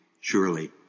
surely